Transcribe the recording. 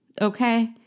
Okay